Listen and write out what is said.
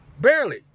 barely